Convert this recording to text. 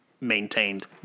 maintained